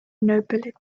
nobility